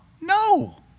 no